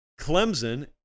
Clemson